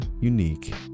unique